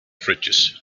fridges